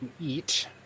eat